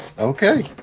Okay